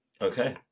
okay